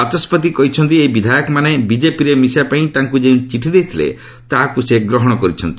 ବାଚସ୍କତି କହିଛନ୍ତି ଯେ ଏହି ବିଧାୟକମାନେ ବିଜେପିରେ ମିଶିବା ପାଇଁ ତାଙ୍କୁ ଯେଉଁ ଚିଠି ଦେଇଥିଲେ ତାହାକୁ ସେ ଗ୍ରହଣ କରିଛନ୍ତି